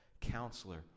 counselor